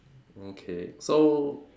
okay so